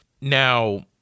now